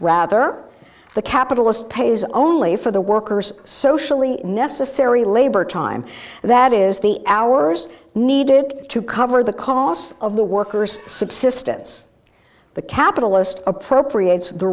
rather the capitalist pays only for the workers socially necessary labor time that is the hours needed to cover the costs of the workers subsistence the capitalist appropriate